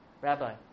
Rabbi